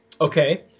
okay